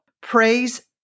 Praise